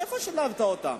איפה שילבת אותם?